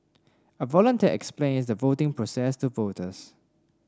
a volunteer explains a voting process to voters